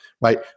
right